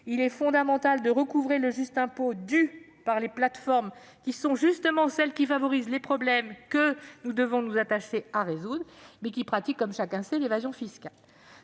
il est fondamental de recouvrer le juste impôt dû par ces plateformes, qui justement favorisent les problèmes que nous devons nous attacher à résoudre, mais qui pratiquent, comme chacun le sait, l'évasion fiscale.